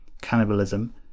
Cannibalism